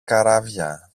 καράβια